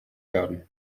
werden